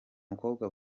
mukobwa